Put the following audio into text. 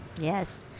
Yes